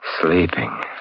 Sleeping